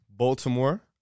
Baltimore